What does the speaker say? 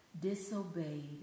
disobeyed